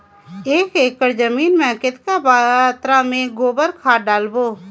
एक एकड़ जमीन मे कतेक मात्रा मे गोबर खाद डालबो?